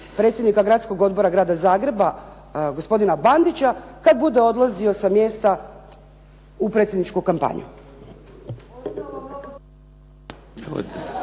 predsjednika gradskog odbora grada Zagreba gospodina Bandića kad bude odlazio sa mjesta u predsjedničku kampanju.